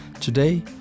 Today